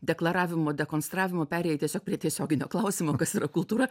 deklaravimo dekonstravimo perėjai tiesiog prie tiesioginio klausimo kas yra kultūra